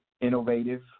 Innovative